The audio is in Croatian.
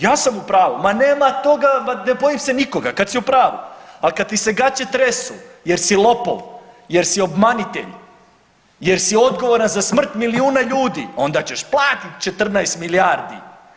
Ja sam u pravu, ma nema toga, ma ne bojim se nikoga kad si u pravu, ali kad ti se gaće tresu jer si lopov, jer si obmanitelj, jer si odgovoran za smrt milijuna ljudi onda ćeš platiti 14 milijardi.